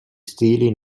stili